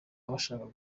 abasha